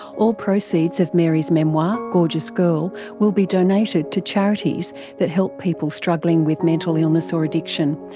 all proceeds of mary's memoir gorgeous girl will be donated to charities that help people struggling with mental illness or addiction,